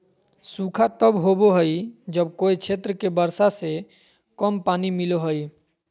सूखा तब होबो हइ जब कोय क्षेत्र के वर्षा से कम पानी मिलो हइ